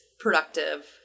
productive